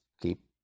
keep